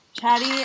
Chatty